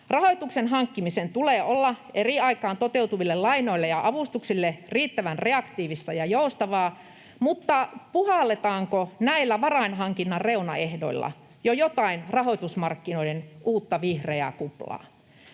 Rahoituksen hankkimisen tulee olla eri aikaan toteutuville lainoille ja avustuksille riittävän reaktiivista ja joustavaa, mutta puhalletaanko näillä varainhankinnan reunaehdoilla jo jotain rahoitusmarkkinoiden uutta vihreää kuplaa?